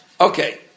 Okay